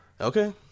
Okay